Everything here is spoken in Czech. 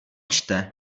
čte